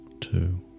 two